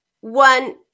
one